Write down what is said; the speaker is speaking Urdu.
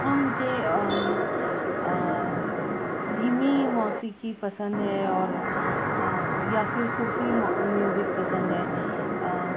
ہاں مجھے دھیمی موسیقی پسند ہے اور یا پھر صوفی میوزک پسند ہے